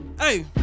hey